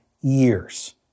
years